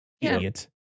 idiot